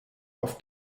auf